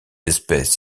espèces